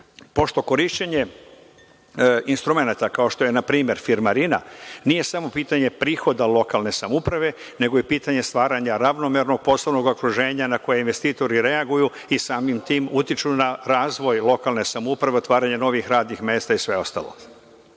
korišćenje instrumenata kao što je na primer firmarina nije samo pitanje prihoda lokalne samouprave nego je pitanje stvaranja ravnomerno poslovnog okruženja na koje investitor reaguju i samim tim utiču na razvoj lokalne samouprave, otvaranje novih radnih mesta i sve